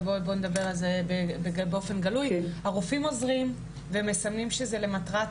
אבל בואי נדבר על זה באופן גלוי: הרופאים עוזרים ומציינים שזה למטרת